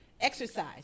exercise